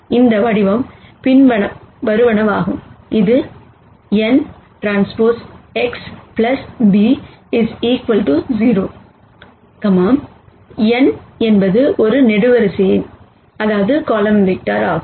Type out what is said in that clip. அந்த வடிவம் பின்வருவனவாகும் இது nTX b 0 n என்பது காலம் வெக்டார் ஆகும்